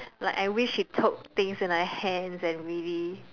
like I wish she took things in her hands and really